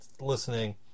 listening